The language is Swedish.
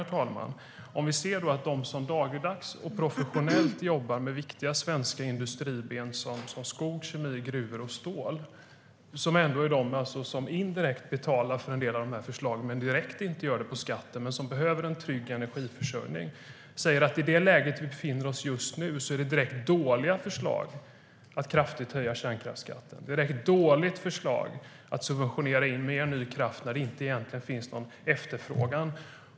Vi kan se på dem som dagligdags och professionellt jobbar med viktiga svenska industriben som skog, kemi, gruvor och stål. Det är de som indirekt betalar för en del av de här förslagen men som inte gör det direkt på skatten. De behöver en trygg energiförsörjning. De säger att det i det läge som vi befinner oss just nu är ett direkt dåligt förslag att kraftigt höja kärnkraftsskatten. Det är ett direkt dåligt förslag att subventionera in mer ny kraft när det egentligen inte finns någon efterfrågan.